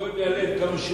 כואב לי הלב כמה שהוא צודק.